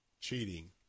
cheating